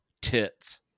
tits